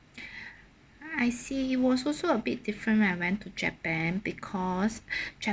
I see it was also a bit different when I went to japan because japan